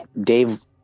dave